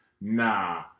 nah